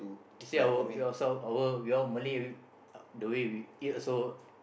you see our yourself our we all Malay we the way we eat also